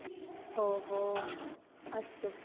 ओहो अस्तु